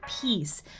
peace